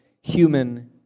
human